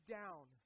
down